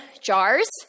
jars